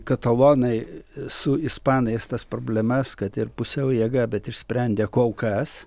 katalonai su ispanais tas problemas kad ir pusiau jėga bet išsprendė kol kas